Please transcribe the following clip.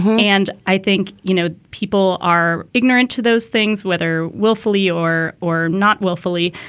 and i think, you know, people are ignorant to those things, whether willfully or or not willfully.